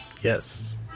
Yes